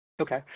Okay